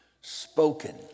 spoken